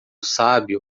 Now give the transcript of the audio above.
sábio